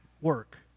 work